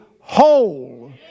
whole